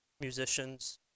musicians